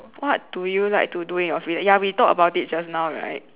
what do you like to do in your free ya we talked about it just now right